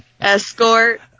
Escort